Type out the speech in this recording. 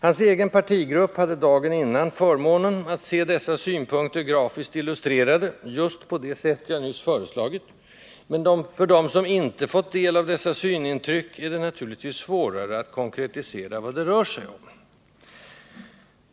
Hans egen partigrupp hade dagen innan förmånen att se dessa synpunkter grafiskt illustrerade just på det sätt jag nyss föreslagit, men för dem som inte fått del av dessa synintryck är det naturligtvis svårare att konkretisera vad det rör sig om.